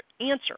answer